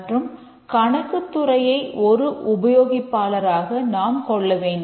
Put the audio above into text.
மற்றும் கணக்குத் துறையை ஒரு உபயோகிப்பாளராக நாம் கொண்டுள்ளோம்